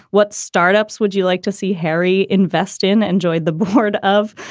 what startups would you like to see harry invest in and joined the board of?